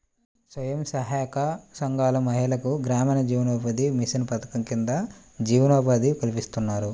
స్వయం సహాయక సంఘాల మహిళలకు గ్రామీణ జీవనోపాధి మిషన్ పథకం కింద జీవనోపాధి కల్పిస్తున్నారు